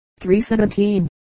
317